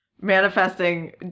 Manifesting